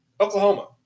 Oklahoma